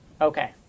Okay